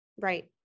Right